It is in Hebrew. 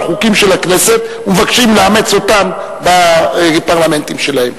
חוקים של הכנסת ומבקשים לאמץ אותם בפרלמנטים שלהם.